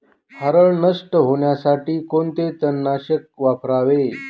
हरळ नष्ट होण्यासाठी कोणते तणनाशक वापरावे?